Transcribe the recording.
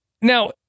Now